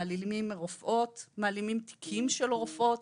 מעלימים רופאות, מעלימים תיקים של רופאות,